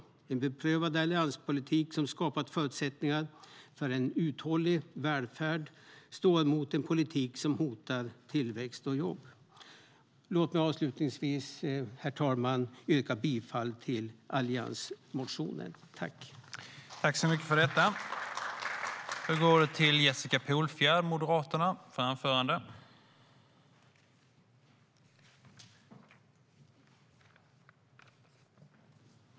En beprövad allianspolitik som skapat förutsättningar för en uthållig välfärd står mot en politik som hotar tillväxt och jobb.